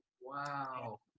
Wow